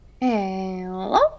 hello